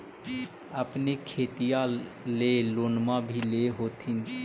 अपने खेतिया ले लोनमा भी ले होत्थिन?